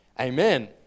amen